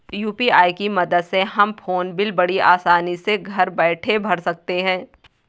UPI की मदद से हम फ़ोन बिल बड़ी आसानी से घर बैठे भर सकते हैं